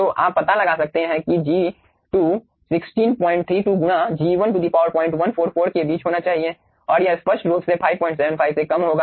तो आप पता लगा सकते हैं कि G2 1632 गुणाG10144 के बीच होना चाहिए और यह स्पष्ट रूप से 575 से कम होगा